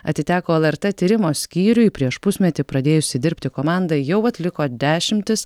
atiteko lrt tyrimo skyriui prieš pusmetį pradėjusi dirbti komanda jau atliko dešimtis